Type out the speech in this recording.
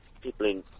People